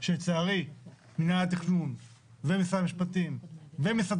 שלצערי מינהל התכנון ומשרד המשפטים ומשרד